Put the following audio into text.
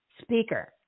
speaker